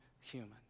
human